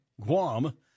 Guam